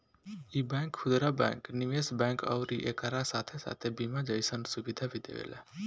इ बैंक खुदरा बैंक, निवेश बैंक अउरी एकरा साथे साथे बीमा जइसन सुविधा भी देवेला